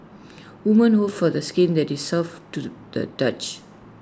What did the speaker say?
women hope for the skin that is soft to the touch